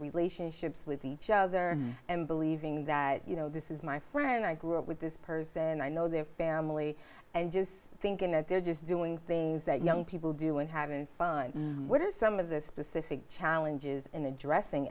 relationships with each other and believing that you know this is my friend i grew up with this person i know their family and just thinking that they're just doing things that young people do and having fun what are some of the specific challenges in addressing